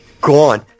gone